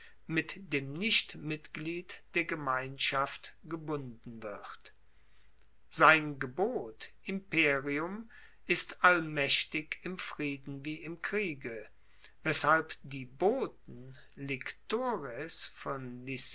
mit dem nichtmitglied der gemeinschaft gebunden wird sein gebot imperium ist allmaechtig im frieden wie im kriege weshalb die boten